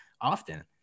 often